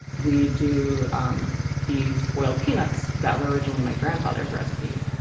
we do um these boiled peanuts that were originally my grandfather's recipe,